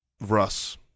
russ